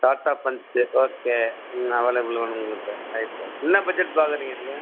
tata punch okay ம் available வேணும் உங்களுக்கு ரைட்டு என்ன பட்ஜெட் பார்க்குறீங்க சார்